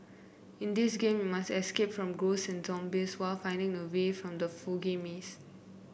in this game you must escape from ghosts and zombies while finding the way from the foggy maze